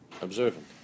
observant